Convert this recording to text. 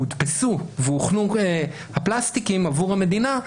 שהודפסו והוכנו עבור המדינה,